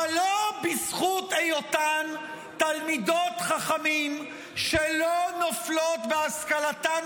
אבל לא בזכות היותן תלמידות חכמים שלא נופלות בהשכלתן